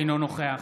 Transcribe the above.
אינו נוכח